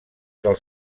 del